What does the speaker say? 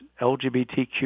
LGBTQ